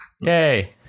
Yay